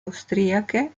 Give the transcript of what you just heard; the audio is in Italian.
austriache